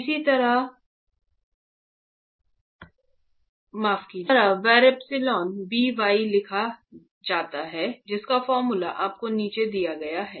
इसी तरह ε by लिखा जाता है